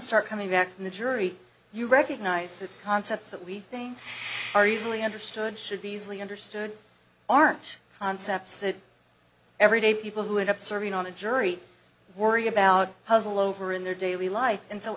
start coming back from the jury you recognize that concepts that we think are easily understood should be easily understood aren't concepts that everyday people who end up serving on a jury worry about puzzle over in their daily life and so